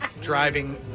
driving